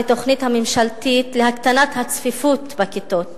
לתוכנית הממשלתית להקטנת הצפיפות בכיתות,